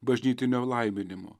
bažnytinio laiminimo